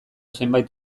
zenbait